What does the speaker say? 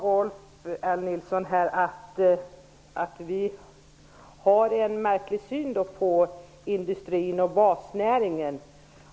Rolf L Nilson sade att vi har en märklig syn på industrin och basnäringen.